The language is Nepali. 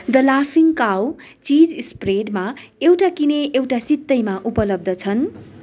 द लाफिङ काउ चिज स्प्रेडमा एउटा किने एउटा सित्तैमा उपलब्ध छन्